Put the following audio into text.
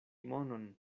monon